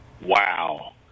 Wow